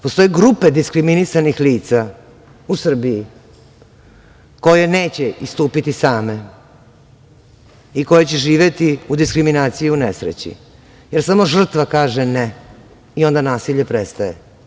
Postoje grupe diskriminisanih lica u Srbiji koje neće istupiti same i koje će živeti u diskriminaciji i u nesreći, jer samo žrtva kaže ne i onda nasilje prestaje.